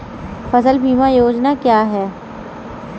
फसल बीमा योजना क्या है?